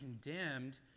condemned